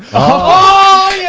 oh